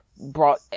brought